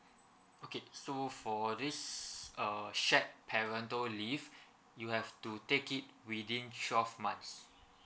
okay so for this uh shared parental leave you have to take it within twelve months